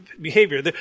behavior